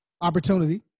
opportunity